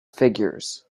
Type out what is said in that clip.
figures